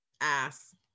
Ass